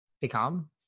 become